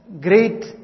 great